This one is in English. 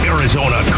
Arizona